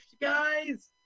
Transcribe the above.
guys